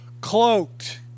cloaked